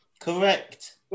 Correct